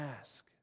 ask